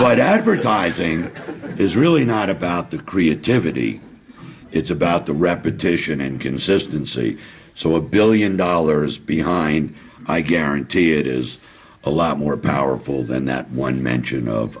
is really not about the creativity it's about the repetition and consistency so a billion dollars behind i guarantee it is a lot more powerful than that one mention of